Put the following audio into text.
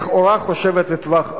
לכאורה חושבת לטווח ארוך,